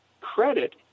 credit